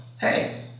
hey